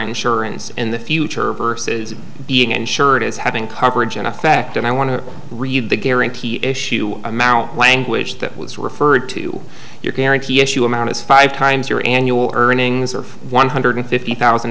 insurance in the future versus being insured is having coverage in effect and i want to read the guarantee issue amount language that was referred to your guarantee issue amount is five times your annual earnings of one hundred fifty thousand